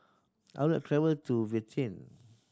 I would like travel to